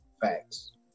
Facts